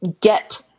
get –